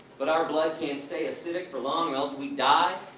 but our blood can't stay acidic for long or else we die.